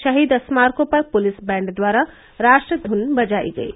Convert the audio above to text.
शहीद स्मारकों पर पुलिस बैण्ड द्वारा राष्ट्रधुन बजाई गयी